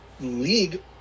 league